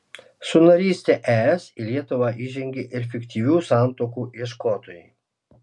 su naryste es į lietuvą įžengė ir fiktyvių santuokų ieškotojai